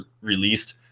released